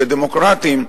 כדמוקרטים,